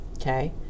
okay